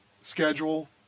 schedule